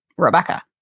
Rebecca